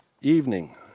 Evening